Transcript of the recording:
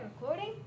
recording